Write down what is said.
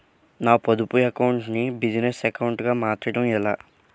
నా పొదుపు అకౌంట్ నీ బిజినెస్ అకౌంట్ గా మార్చడం ఎలా?